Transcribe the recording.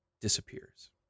disappears